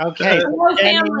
Okay